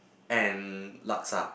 and laksa